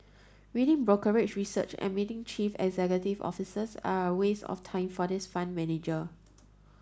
reading brokerage research and meeting chief executive officers are a waste of time for this fund manager